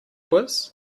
quiz